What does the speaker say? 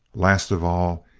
last of all,